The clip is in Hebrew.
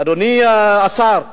אדוני השר,